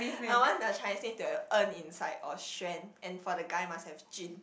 I want the Chinese name to have En inside or Xuan and for the guy must have Jun